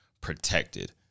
protected